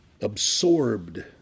absorbed